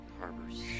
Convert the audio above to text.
harbors